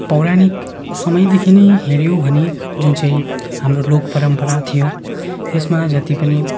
पौराणिक समयदेखि नै हेऱ्यौँ भने जुन चाहिँ हाम्रो लोक परम्परा थियो यसमा जति पनि